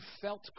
felt